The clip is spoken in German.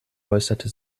äußerte